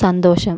സന്തോഷം